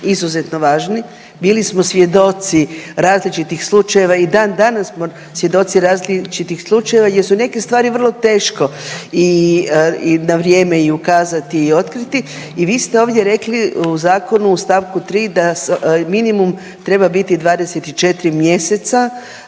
izuzetno važni, bili smo svjedoci različitih slučajeva i dan danas smo svjedoci različitih slučajeva jer su neke stvari vrlo teško i na vrijeme ukazati i otkriti i vi ste ovdje rekli u zakonu u st. 3. da minimum treba biti 24 mjeseca